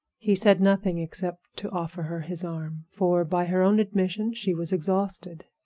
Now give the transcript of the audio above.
he said nothing except to offer her his arm, for, by her own admission, she was exhausted.